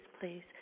please